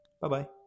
Bye-bye